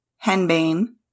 henbane